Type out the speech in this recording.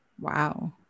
Wow